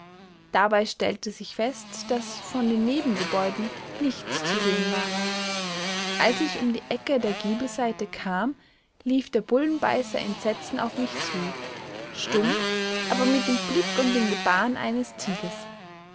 dabei stellte ich fest daß von den nebengebäuden nichts zu sehen war als ich um die ecke der giebelseite kam lief der bullenbeißer in sätzen auf mich zu stumm aber mit dem blick und dem gebaren eines tigers